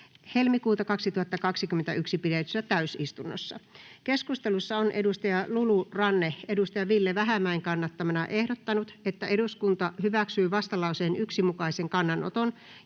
17.2.2021 pidetyssä täysistunnossa. Keskustelussa on Lulu Ranne Ville Vähämäen kannattamana ehdottanut, että eduskunta hyväksyy vastalauseen 1 mukaisen kannanoton.